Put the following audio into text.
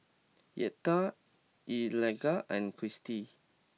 Yetta Eligah and Christie